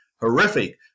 horrific